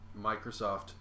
Microsoft